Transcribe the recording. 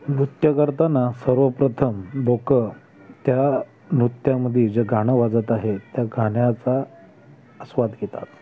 नृत्य करताना सर्वप्रथम लोकं त्या नृत्यामध्ये जे गाणं वाजत आहे त्या गाण्याचा आस्वाद घेतात